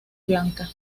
blanca